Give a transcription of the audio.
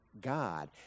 God